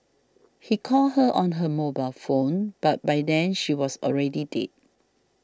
he called her on her mobile phone but by then she was already dead